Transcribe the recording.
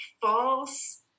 false